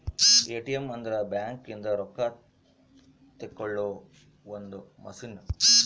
ATM ಅಂದ್ರ bank ಇಂದ ರೊಕ್ಕ ತೆಕ್ಕೊಳೊ ಒಂದ್ ಮಸಿನ್